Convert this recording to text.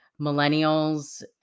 millennials